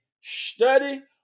study